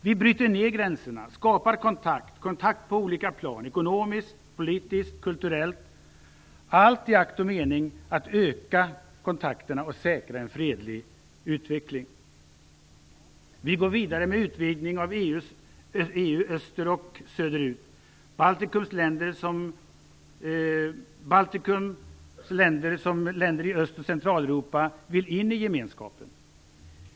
Vi bryter ner gränserna och skapar kontakt på olika plan - ekonomiskt, politiskt och kulturellt - allt i akt och mening att öka kontakterna och säkra en fredlig utveckling. Vi går vidare med utvidgning av EU öster och söder ut. Baltikums länder liksom länder i Öst och Centraleuropa vill in i gemenskapen.